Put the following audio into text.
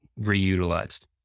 reutilized